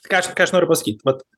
ką ką aš noriu pasakyt vat